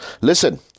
listen